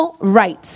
right